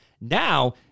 Now